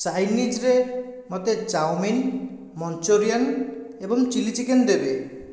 ଚାଇନିଜରେ ମୋତେ chowmein Manchurian ଏବଂ chilli chicken ଦେବେ